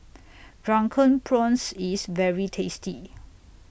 Drunken Prawns IS very tasty